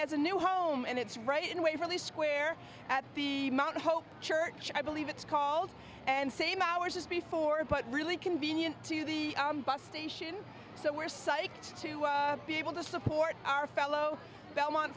has a new home and it's right in waverly square at the mount hope church i believe it's called and same hours as before but really convenient to the bus station so we're psyched to be able to support our fellow belmont